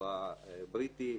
הצבא הבריטי.